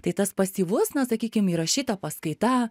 tai tas pasyvus na sakykim įrašyta paskaita